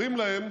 אומרים להם